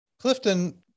Clifton